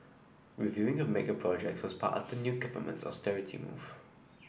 reviewing of mega projects part of the new government's austerity move